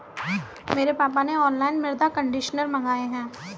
मेरे पापा ने ऑनलाइन मृदा कंडीशनर मंगाए हैं